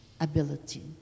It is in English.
ability